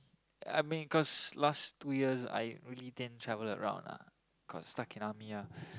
I mean cause last two years I only can travel around ah cause stuck in army ah